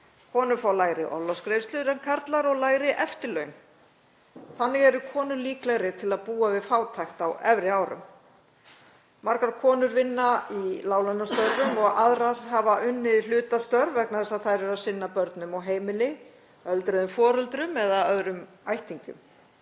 Konur fá lægri orlofsgreiðslur en karlar og lægri eftirlaun. Þannig eru konur líklegri til að búa við fátækt á efri árum. Margar konur vinna í láglaunastörfum og aðrar hafa unnið hlutastörf vegna þess að þær eru að sinna börnum og heimili, öldruðum, foreldrum eða öðrum ættingjum.